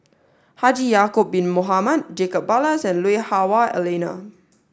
Haji Ya'acob Bin Mohamed Jacob Ballas and Lui Hah Wah Elena